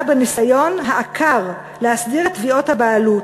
בניסיון העקר להסדיר את תביעות הבעלות.